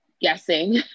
guessing